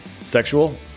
Sexual